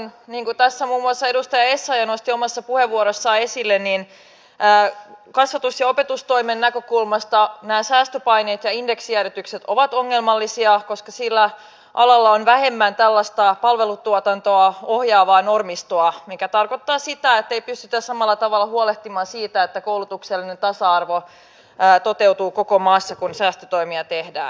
niin kuin tässä muun muassa edustaja essayah nosti omassa puheenvuorossaan esille kasvatus ja opetustoimen näkökulmasta nämä säästöpaineet ja indeksijäädytykset ovat ongelmallisia koska sillä alalla on vähemmän palvelutuotantoa ohjaavaa normistoa mikä tarkoittaa sitä ettei pystytä samalla tavalla huolehtimaan siitä että koulutuksellinen tasa arvo toteutuu koko maassa kun säästötoimia tehdään